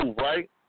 right